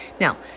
Now